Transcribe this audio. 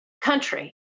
country